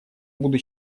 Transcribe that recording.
буду